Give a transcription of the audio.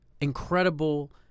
Incredible